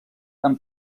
amb